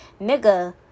nigga